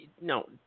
no